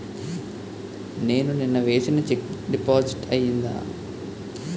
నేను నిన్న వేసిన చెక్ డిపాజిట్ అయిందా?